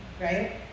right